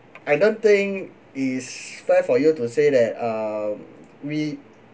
I don't think it's fair for you to say that uh we